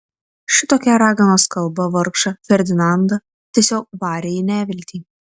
šitokia raganos kalba vargšą ferdinandą tiesiog varė į neviltį